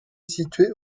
située